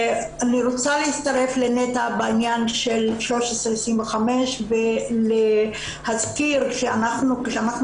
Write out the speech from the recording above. אני רוצה להצטרף לנטע בעניין של 1325 ולהזכיר שכשאנחנו